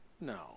No